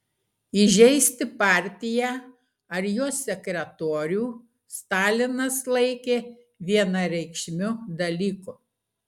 įžeisti partiją ar jos sekretorių stalinas laikė vienareikšmiu dalyku